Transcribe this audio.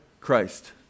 Christ